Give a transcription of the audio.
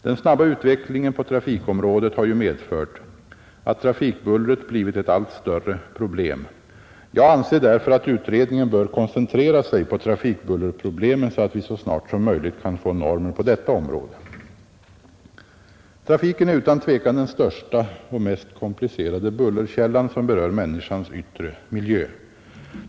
Den snabba utvecklingen på trafikområdet har ju medfört att trafikbullret blivit ett allt större problem. Jag anser därför att utredningen bör koncentrera sig på trafikbullerproblemen så att vi så snart som möjligt kan få normer på detta område. Trafiken är utan tvivel den största och mest komplicerade bullerkällan som berör människans yttre miljö.